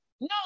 No